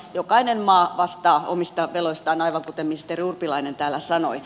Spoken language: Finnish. jokainen maa vastaa omista veloistaan aivan kuten ministeri urpilainen täällä sanoi